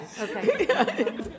okay